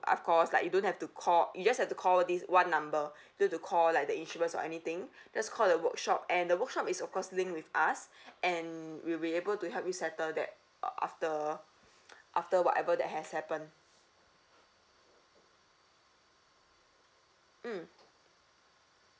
of course like you don't have to call you just have to call this one number don't have to call like the insurance or anything just call the workshop and the workshop is of course linked with us and we'll be able to help you settle that after after whatever that has happened mm